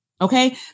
okay